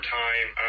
time